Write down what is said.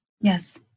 Yes